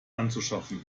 anzuschaffen